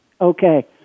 Okay